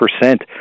percent